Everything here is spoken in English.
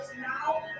Now